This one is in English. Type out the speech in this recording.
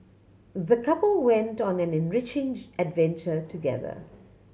the couple went on an enriching adventure together